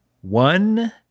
one